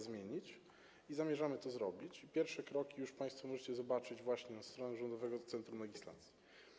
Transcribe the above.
Zamierzamy to zrobić i pierwsze kroki już państwo możecie zobaczyć właśnie na stronie Rządowego Centrum Legislacji.